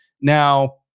Now